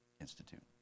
Institute